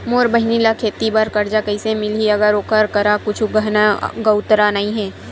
मोर बहिनी ला खेती बार कर्जा कइसे मिलहि, अगर ओकर करा कुछु गहना गउतरा नइ हे?